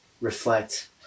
reflect